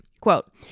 quote